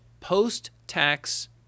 post-tax